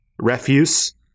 refuse